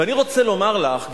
ואני רוצה לומר לך,